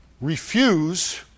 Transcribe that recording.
refuse